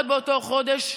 עוד באותו חודש,